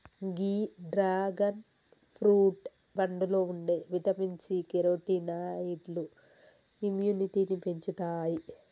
గీ dragon fruit పండులో ఉండే vitamin C, కెరోటినాయిడ్లు ఇమ్యునిటీని పెంచుతాయి